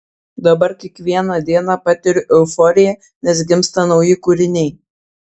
dabar kiekvieną dieną patiriu euforiją nes gimsta nauji kūriniai